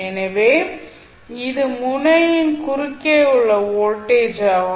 ஏனெனில் இது முனையின் குறுக்கே உள்ள வோல்டேஜ் ஆகும்